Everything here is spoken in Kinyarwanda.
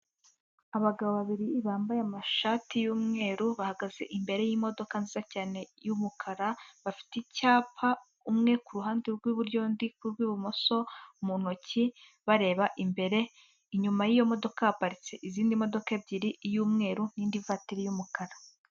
Abagabo babiri bambaye amashati y'umweru bahagaze imbere y'imodoka nziza cyane y'umukara, bafite icyapa umwe ku ruhande rw'iburyo, undi ku rw'ibumoso mu ntoki bareba imbere, inyuma yiyo modoka haparitse izindi modoka ebyiri iy'umweru n'indi vatiri y'umukara.